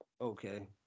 Okay